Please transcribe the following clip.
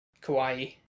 kawaii